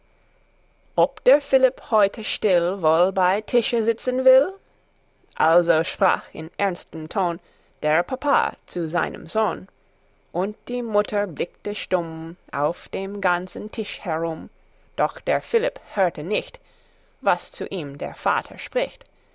ob der philipp heute still wohl bei tische sitzen will also sprach in ernstem ton der papa zu seinem sohn und die mutter blickte stumm auf dem ganzen tisch herum doch der philipp hörte nicht was zu ihm der vater spricht